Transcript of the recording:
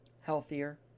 healthier